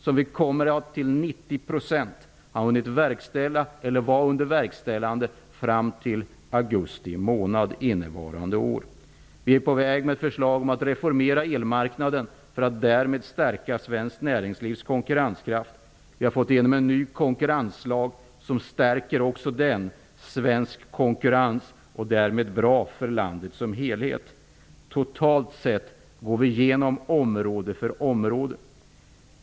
Till 90 % kommer dessa avregleringar att vara verkställda eller under verkställande fram till augusti månad innevarande år. Vi är på väg att lägga fram ett förslag om att reformera elmarknaden för att därmed stärka svenskt näringslivs konkurrenskraft. Vi har fått igenom en ny konkurrenslag som också stärker svensk konkurrenskraft och som därmed är bra för landet som helhet. Totalt sett går vi igenom område för område.